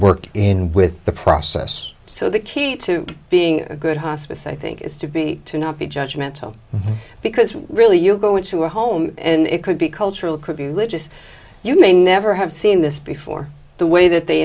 work and with the process so the key to being a good hospice i think is to be to not be judgment because really you go into a home and it could be cultural could be religious you may never have seen this before the way that they